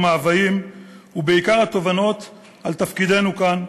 המאוויים ובעיקר התובנות על תפקידנו כאן,